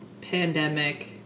pandemic